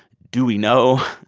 do we know?